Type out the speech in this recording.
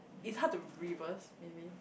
is hard to reverse maybe